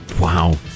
Wow